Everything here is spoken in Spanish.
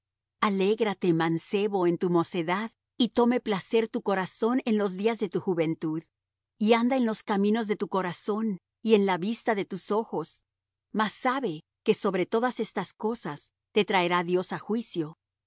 alégrate mancebo en tu mocedad y tome placer tu corazón en los días de tu juventud y anda en los caminos de tu corazón y en la vista de tus ojos mas sabe que sobre todas estas cosas te traerá dios á juicio